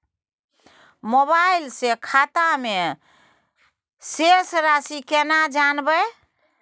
Mobile से खाता में शेस राशि केना जानबे?